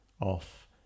off